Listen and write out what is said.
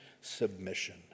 submission